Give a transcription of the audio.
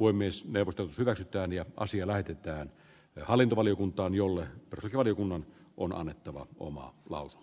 voimisnevat hyväksytään ja asia laitetaan ja hallintovaliokuntaan jolle brody kunhan on annettava oma valtio